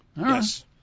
Yes